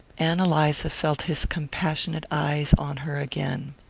ann eliza felt his compassionate eyes on her again.